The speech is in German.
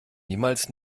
niemals